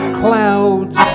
clouds